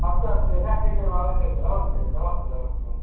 अस्तु अस्तु यथा शीघ्रमागच्छन्तु नमस्ते नमस्ते नमस्ते नमस्ते